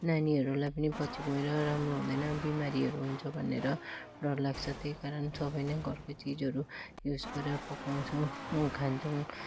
नानीहरूलाई पनि पछि गएर राम्रो हुँदैन बिमारीहरू हुन्छ भनेर डर लाग्छ त्यही कारण सबै नै घरको चिजहरू युज गरेर पकाउँछु खान्छौँ